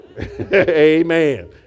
amen